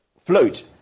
float